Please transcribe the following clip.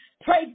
Pray